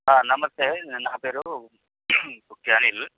నమస్తే నా పేరు అనీల్